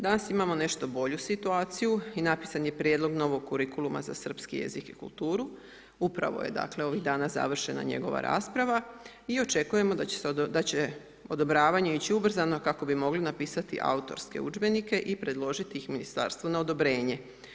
Danas imamo nešto bolju situaciju i napisan je prijedlog novog kurikuluma za srpski jezik i kulturu, upravo je dakle ovih dana završena njegova rasprava i očekujemo da će odobravanje ići ubrzano kako bi mogli napisati autorske udžbenike i predložiti ih ministarstvu na odobrenje.